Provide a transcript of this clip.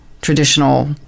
traditional